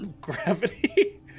gravity